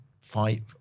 fight